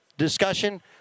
discussion